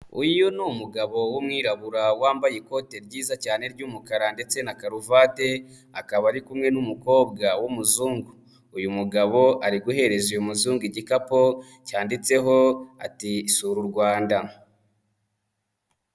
Uyu ni umugabo w'umwirabura wambaye ikote ryiza cyane ry'umukara ndetse na karuvati, akaba ari kumwe n'umukobwa w'umuzungu. Uyu mugabo ari guhereza uyu muzungu igikapu cyanditseho ati "Sura u Rwanda."